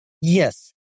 Yes